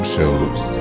Shows